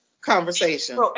conversation